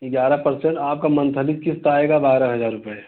ग्यारह परसेंट आपका मंथली किश्त आएगा बारह हजार रुपये